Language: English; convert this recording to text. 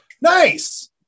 Nice